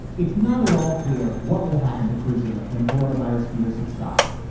it's not at all clear what will happen to cruising when corona virus fear subside.